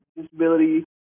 disability